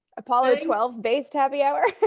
apollo twelve based happy hour?